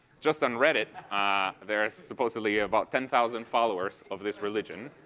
just on reddit there's supposedly about ten thousand followers of this religion.